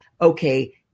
okay